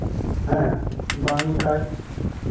ᱦᱮᱸ ᱵᱟᱝ ᱠᱷᱟᱱ